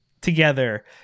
together